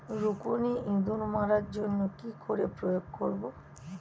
রুকুনি ইঁদুর মারার জন্য কি করে প্রয়োগ করব?